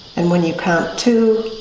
and when you count two,